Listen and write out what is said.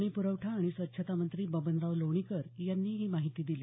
पाणीप्रवठा आणि स्वच्छता मंत्री बबनराव लोणीकर यांनी ही माहिती दिली